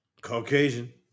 Caucasian